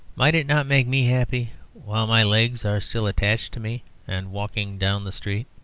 might it not make me happy while my legs are still attached to me and walking down the street?